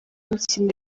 mikino